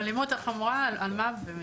מרמה, חמור מאוד.